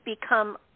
become